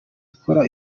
ikora